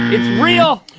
it's real!